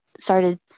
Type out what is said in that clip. started